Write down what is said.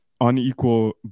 unequal